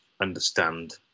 understand